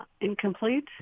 incomplete